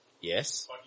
yes